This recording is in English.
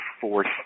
force